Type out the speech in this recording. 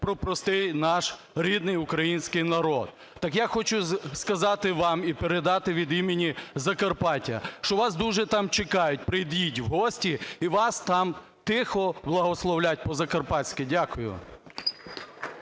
про простий наш рідний український народ. Так я хочу сказати вам і передати від імені Закарпаття, що вас дуже там чекають, прийдіть у гості - і вас тихо благословлять по-закарпатські. Дякую.